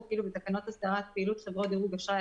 כאילו בתקנות הסדרת פעילות חברות דירוג אשראי,